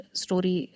story